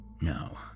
No